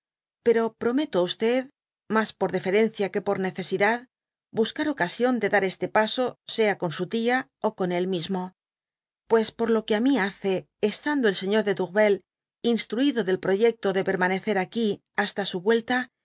pero prometo á mas por deferencia que por necesidad buscar ocasión de dar este paso sea con su tia ó con él mismo pues por lo que á mí hace estando el señor de tourvel instruido del proyecto de permanecer aquí basta su vuelta